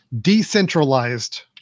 decentralized